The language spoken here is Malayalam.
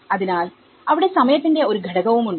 അതിനാൽ അവിടെ സമയത്തിന്റെ ഒരു ഘടകവും ഉണ്ട്